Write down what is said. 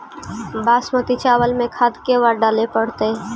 बासमती चावल में खाद के बार डाले पड़तै?